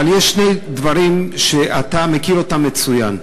אבל יש שני דברים שאתה מכיר מצוין,